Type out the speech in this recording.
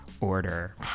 order